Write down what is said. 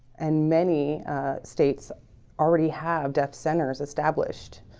and many states already have deaf centers established.